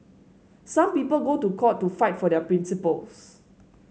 some people go to court to fight for their principles